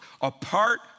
apart